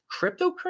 cryptocurrency